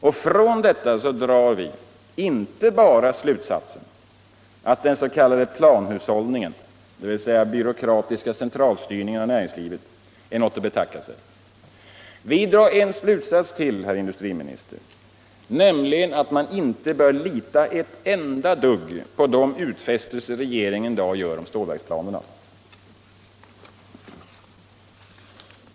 Av detta drar vi inte bara slutsatsen att den s.k. planhushållningen, dvs. den byråkratiska centralstyrningen av näringslivet, är något att betacka sig för, utan också att de utfästelser regeringen i dag gör om stålverksplanerna inte går att lita på.